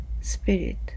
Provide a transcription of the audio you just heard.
spirit